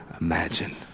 imagine